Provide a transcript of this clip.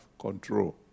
control